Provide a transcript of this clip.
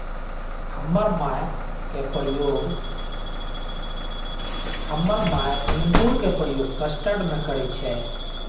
हमर माय इंगूर के प्रयोग कस्टर्ड में करइ छै